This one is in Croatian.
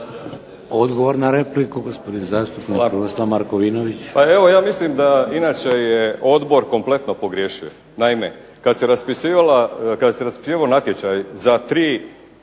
Odgovor na repliku gospodin zastupnik Krunoslav Markovinović.